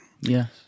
Yes